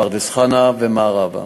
פרדס-חנה ומערבה.